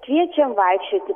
kviečiam vaikščioti